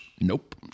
nope